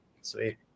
Sweet